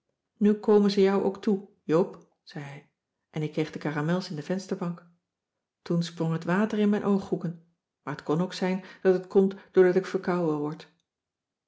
nu komen ze jou ook toe joop zei hij en ik kreeg de caramels in de vensterbank toen sprong het water in mijn ooghoeken maar t kon ook zijn dat het komt doordat ik verkouden word